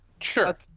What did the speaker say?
sure